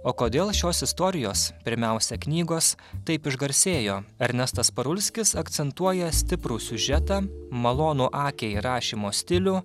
o kodėl šios istorijos pirmiausia knygos taip išgarsėjo ernestas parulskis akcentuoja stiprų siužetą malonų akiai rašymo stilių